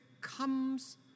comes